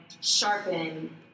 sharpen